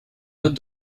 note